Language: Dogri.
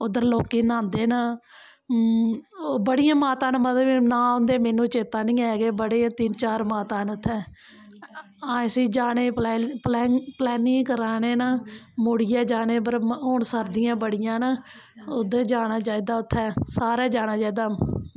उद्दर लोकी न्हांदे न बड़ियां माता न मतलव नां मिगी चेत्ता नी के बड़ियां तिन्न चार मांतां न उत्थें अस बी जैानें दी प्लैनिंग करा ने न मुड़ियै जानें परहून सर्दियां बड़ियां न उद्दर जानां चाही दा जरूर